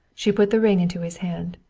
she put the ring into his hand.